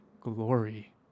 glory